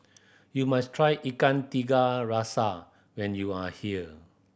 you must try Ikan Tiga Rasa when you are here